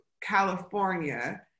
California